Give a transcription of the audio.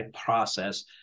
process